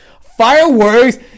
Fireworks